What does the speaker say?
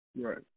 Right